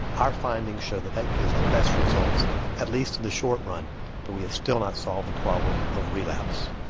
our finding shows that that gives the best results at least in the short run but we have still not solved the problem of relapse.